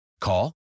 Call